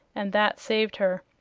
and that saved her.